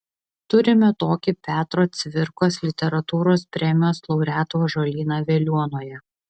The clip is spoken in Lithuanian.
turime tokį petro cvirkos literatūros premijos laureatų ąžuolyną veliuonoje